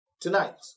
Tonight